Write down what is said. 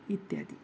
इत्यादी